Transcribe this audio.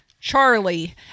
Charlie